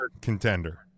contender